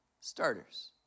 starters